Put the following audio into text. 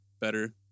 better